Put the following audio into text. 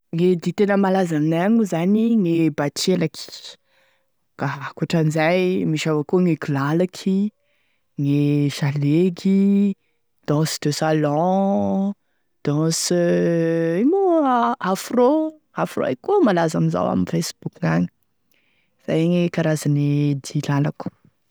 Gne dihy tena malaza aminay agny moa zany gne batrelaky, ankoatran'izay, misy avao koa gne kilalaky, gne salegy, danse de salon, danse ino moa afro, afro eky koa e malaza amin'izao amin'ny facebook gn'agny, zay gne karazane dihy lalako.